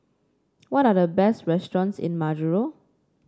what are the best restaurants in Majuro